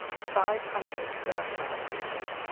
five hundred gerfalcons,